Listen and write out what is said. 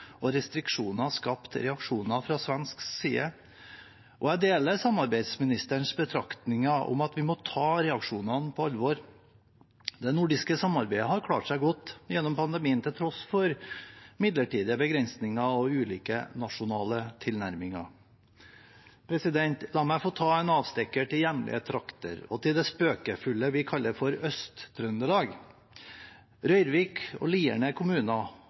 og restriksjoner skapt reaksjoner fra svensk side. Jeg deler samarbeidsministerens betraktninger om at vi må ta reaksjonene på alvor. Det nordiske samarbeidet har klart seg godt gjennom pandemien til tross for midlertidige begrensninger og ulike nasjonale tilnærminger. La meg ta en avstikker til hjemlige trakter og til det vi spøkefullt kaller for Øst-Trøndelag. Røyrvik og Lierne kommuner